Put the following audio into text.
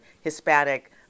Hispanic